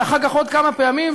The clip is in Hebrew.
ואחר כך עוד כמה פעמים,